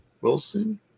Wilson